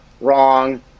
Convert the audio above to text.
wrong